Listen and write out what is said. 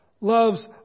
Loves